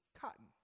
cotton